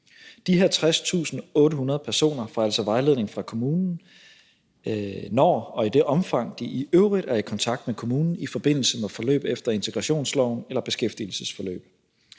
De her 60.800 personer får altså vejledning fra kommunen, når og i det omfang de i øvrigt er i kontakt med kommunen i forbindelse med forløb efter integrationsloven eller beskæftigelsesforløb.